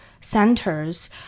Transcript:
centers